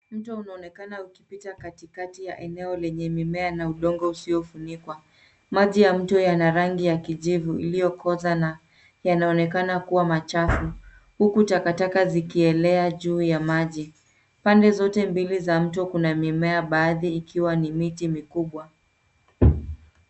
Mto unaonekana ukipita katikati ya eneo lenye mimea na udongo usiofunikwa. Maji ya mto yana rangi ya kijivu iliyokoza na yanaonekana kuwa machafu, huku takataka zikielea juu ya maji. Pande zote mbili za mto kuna mimea baadhi ikiwa ni miti mikubwa.